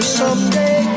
someday